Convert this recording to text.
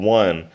one